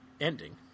ending